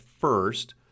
first